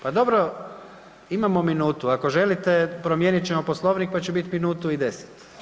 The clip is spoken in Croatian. Pa dobro, imamo minutu, ako želite promijenit ćemo Poslovnik, pa će bit minutu i 10.